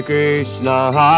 Krishna